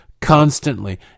Constantly